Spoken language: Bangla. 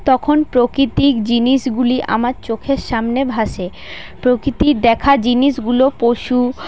তখন প্রাকৃতিক জিনিসগুলি আমার চোখের সামনে ভাসে প্রকৃতির দেখা জিনিসগুলো পশু